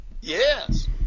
Yes